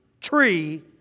tree